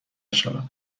شود